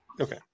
Okay